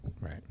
Right